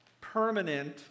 Permanent